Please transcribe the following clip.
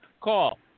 call